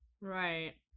Right